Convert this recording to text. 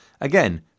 again